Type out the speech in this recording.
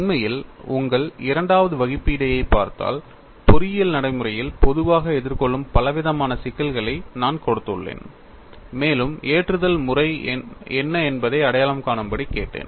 உண்மையில் உங்கள் இரண்டாவது வகுப்பீடையைப் பார்த்தால் பொறியியல் நடைமுறையில் பொதுவாக எதிர்கொள்ளும் பலவிதமான சிக்கல்களை நான் கொடுத்துள்ளேன் மேலும் ஏற்றுதல் முறை என்ன என்பதை அடையாளம் காணும்படி கேட்டேன்